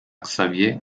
xavier